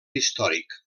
històric